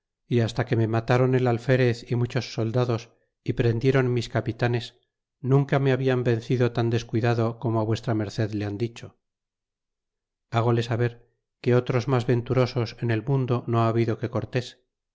y hasta que me mataron el alferez y muchos soldados y prendiéron mis capitanes nunca me hablan vencido tan descuidado como á v m le han dicho hágole saber que otros mas venturosos en el mundo no ha habido que